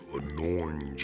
annoying